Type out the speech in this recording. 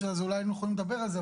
אולי היינו יכולים לדבר על זה,